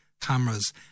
cameras